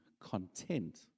content